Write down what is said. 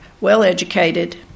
well-educated